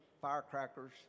firecrackers